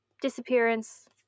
disappearance